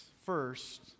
First